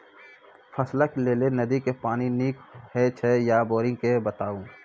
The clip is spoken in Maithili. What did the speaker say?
फसलक लेल नदी के पानि नीक हे छै या बोरिंग के बताऊ?